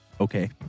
okay